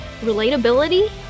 relatability